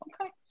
okay